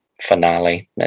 finale